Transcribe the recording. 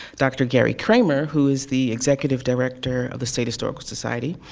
dr. gary kremer, who is the executive director of the state historical society,